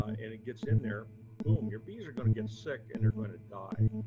ah and it gets in there, boom, your bees are going to get sick and they're going to die.